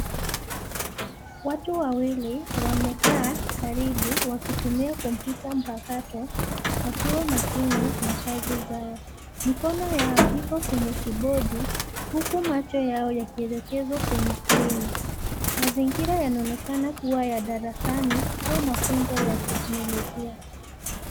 Watu wawili wamekaa, karibu wakitumia kompyuta mpakato, wakiwa makini na kazi zao, mikono yao iko kwenye kibodi, huku macho yao yakielekezwa kwenye skrini, mazingira yanaonekana kuwa ya darasani au mafunzo ya teknolojia.